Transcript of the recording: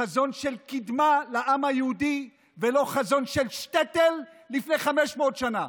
חזון של קדמה לעם היהודים ולא חזון של שטעטל לפני 500 שנה.